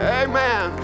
amen